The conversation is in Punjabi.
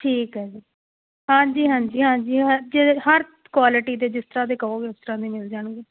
ਠੀਕ ਆ ਜੀ ਹਾਂਜੀ ਹਾਂਜੀ ਹਾਂਜੀ ਹਾਂਜੀ ਹ ਹਰ ਕੁਆਲਿਟੀ ਦੇ ਜਿਸ ਤਰ੍ਹਾਂ ਦੇ ਕਹੋਗੇ ਉਸ ਤਰ੍ਹਾਂ ਦੇ ਮਿਲ ਜਾਣਗੇ